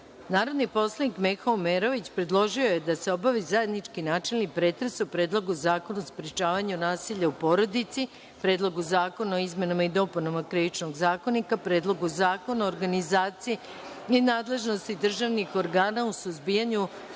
poslanik Meho Omerović predložio je da se obavi zajednički načelni pretres o Predlogu zakona o sprečavanju nasilja u porodici, Predlogu zakona o izmenama i dopunama Krivičnog zakonika, Predlogu zakona o organizaciji i nadležnosti državnih organa u suzbijanju